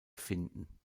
finden